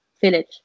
village